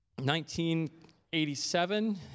1987